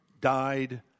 died